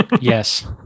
Yes